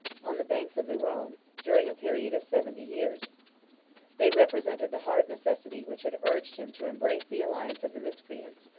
on the banks of the rhone, during a period of seventy years they represented the hard necessity which had urged him to embrace the alliance of the miscreants,